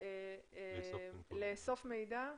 לאסוף מידע,